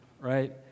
right